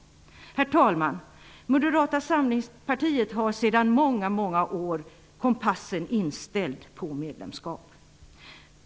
Herr talman! Moderata samlingspartiet har sedan många år kompassen inställd på medlemskap.